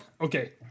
okay